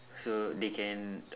so they can